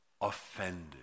offended